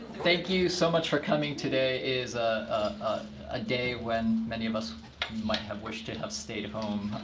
thank you so much for coming. today is a ah ah day when many of us might have wished to have stayed home,